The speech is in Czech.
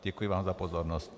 Děkuji vám za pozornost.